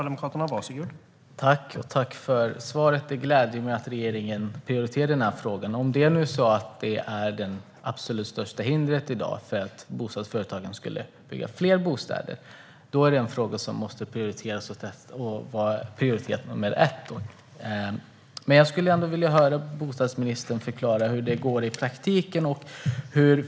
Herr talman! Tack för svaret! Det gläder mig att regeringen prioriterar denna fråga. Om detta är det absolut största hindret i dag för bostadsföretagen - när det gäller att bygga fler bostäder - är det en fråga som måste prioriteras som nummer ett. Men jag skulle ändå vilja höra bostadsministern förklara hur det går i praktiken.